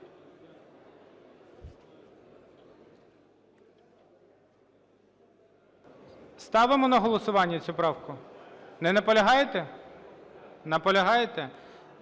Ставимо на голосування цю правку? Не наполягаєте? Наполягаєте.